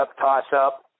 toss-up